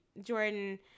Jordan